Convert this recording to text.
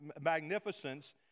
magnificence